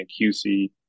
QC